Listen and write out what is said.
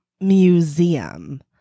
museum